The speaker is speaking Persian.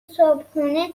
صبحونه